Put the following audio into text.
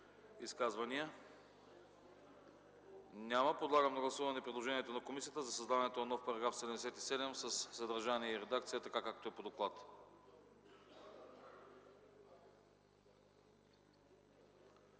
Изказвания? Няма. Подлагам на гласуване предложението на комисията за създаване на нов § 77 със съдържание и редакция, така както е по доклад.